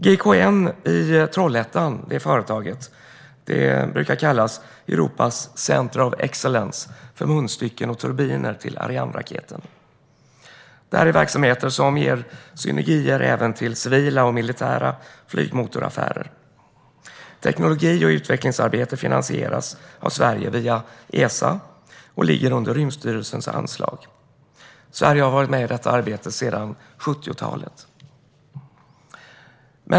Företaget GKN i Trollhättan brukar kallas Europas Center of Excellence för munstycken och turbiner till Arianeraketen. Detta är verksamheter som ger synergier även till civila och militära flygmotoraffärer. Teknologi och utvecklingsarbete finansieras av Sverige via Esa och ligger under Rymdstyrelsens anslag. Sverige har varit med i detta arbete sedan 70-talet.